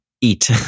eat